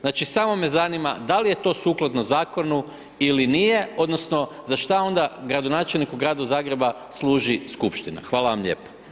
Znači, samo me zanima da li je to sukladno zakonu ili nije odnosno za šta onda gradonačelniku Grada Zagreba služi skupština, hvala vam lijepa.